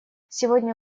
сегодня